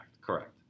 Correct